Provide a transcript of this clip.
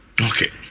okay